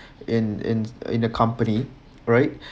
in in in the company right